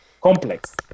complex